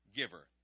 giver